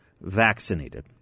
vaccinated